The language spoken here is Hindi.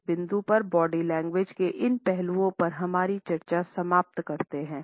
इस बिंदु पर बॉडी लैंग्वेज के इन पहलुओं पर मेरी चर्चा समाप्त करते हैं